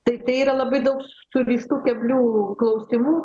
tai tai yra labai daug surištų keblių klausimų